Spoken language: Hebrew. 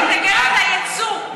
אני מתנגדת ליצוא.